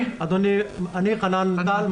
אני חנן טל,